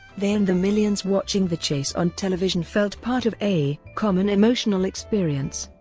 they and the millions watching the chase on television felt part of a common emotional experience,